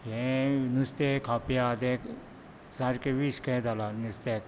हें नुस्तें खावपी आहा तें सारकें कशें जालां नुस्त्या